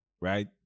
right